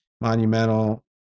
monumental